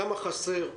כמה חסר?